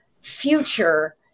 future